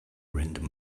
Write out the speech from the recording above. random